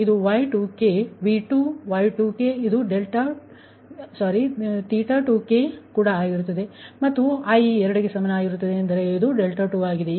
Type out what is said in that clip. ಇದು Y2k V2 Y2k ಇದು 2kಕೂಡ ಆಗಿದೆ ಮತ್ತು i 2ಕ್ಕೆ ಸಮವಾಗಿದೆ ಎಂದರೆ ಇದು 2ಆಗಿದೆ